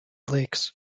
lakes